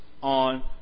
on